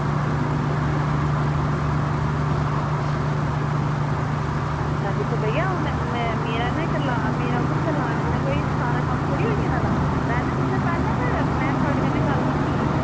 अच्छा दिक्खो भैया हून में मेरे उप्पर निं करलाऽ मेरे उप्पर करलाने कन्नै कोई सारा कम्म थोह्ड़े होई जंदा बैसे तुसें पैह्लें गै में थुआढ़े कन्नै गल्ल कीती ही